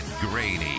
Grady